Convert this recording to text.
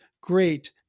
great